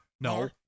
no